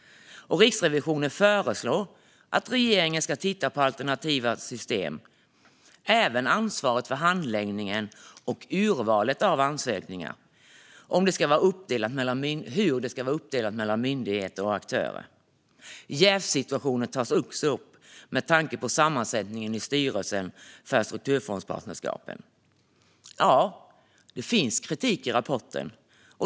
Riksrevisionen förslår att regeringen ska titta på alternativa system och på hur ansvaret för handläggning och urval av ansökningar ska vara uppdelat mellan myndigheter och aktörer. Jävssituationen tas också upp med tanke på sammansättningen i styrelsen för strukturfondspartnerskapen. Det finns alltså kritik i rapporten.